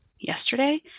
yesterday